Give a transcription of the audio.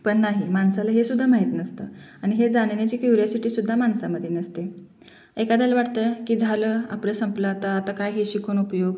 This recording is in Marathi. पण नाही माणसाला हेसुद्धा माहीत नसतं आणि हे जाणण्याची क्युरियॉसिटीसुद्धा माणसामध्ये नसते एखाद्याला वाटतं की झालं आपलं संपलं आता आता काय हे शिकून उपयोग